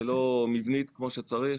ולא מבנית כמו שצריך.